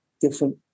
different